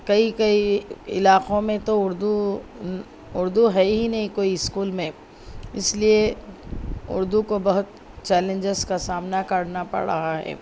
کئی کئی علاقوں میں تو اردو اردو ہے ہی نہیں کوئی اسکول میں اس لیے اردو کو بہت چیلنجز کا سامنا کرنا پڑ رہا ہے